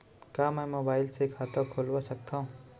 का मैं मोबाइल से खाता खोलवा सकथव?